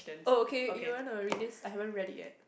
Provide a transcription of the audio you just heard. oh okay you want to read this I haven't read it yet